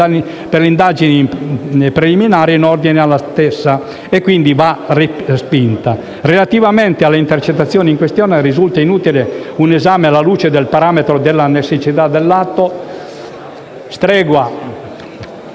per le indagini preliminari in ordine alle stesse va respinta. Relativamente alle intercettazioni in questione risulta inutile un esame alla luce del parametro della necessità dell'atto